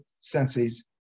senses